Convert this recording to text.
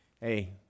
hey